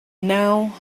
now